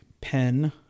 pen